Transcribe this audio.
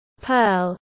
Pearl